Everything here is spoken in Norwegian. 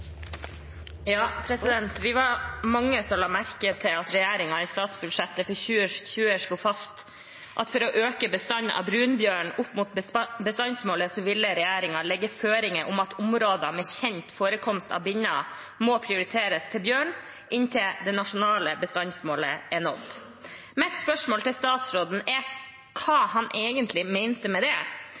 2020 slo fast at «for å auke bestanden av brunbjørn opp mot bestandsmålet, vil regjeringa leggje føringar om at område med kjent førekomst av binner må prioriterast til bjørn inntil det nasjonale bestandsmålet er nådd.» Mitt spørsmål til statsråden er hva man egentlig mente med det.